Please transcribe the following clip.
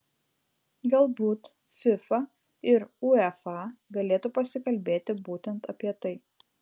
galbūt fifa ir uefa galėtų pasikalbėti būtent apie tai